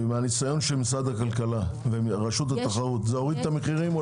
האם הניסיון של משרד הכלכלה ורשות התחרות מראה שזה הוריד את המחירים?